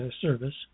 service